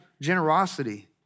generosity